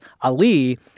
Ali